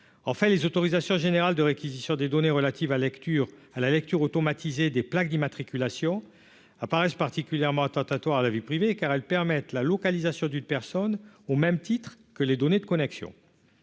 en fait les autorisations générales de réquisition des données relatives à lecture à la lecture automatisée des plaques d'immatriculation apparaissent particulièrement attentatoire à la vie privée, car elles permettent la localisation d'une personne au même titre que les données de connexion